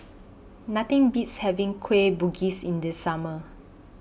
Nothing Beats having Kueh Bugis in The Summer